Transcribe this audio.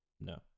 no